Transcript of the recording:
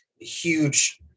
huge